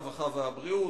הרווחה והבריאות,